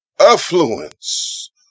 affluence